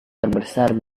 terbesar